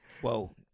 Whoa